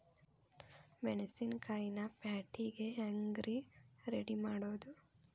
ಮೆಣಸಿನಕಾಯಿನ ಪ್ಯಾಟಿಗೆ ಹ್ಯಾಂಗ್ ರೇ ರೆಡಿಮಾಡೋದು?